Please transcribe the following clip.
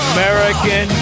American